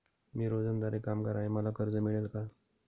मी रोजंदारी कामगार आहे मला कर्ज मिळेल का?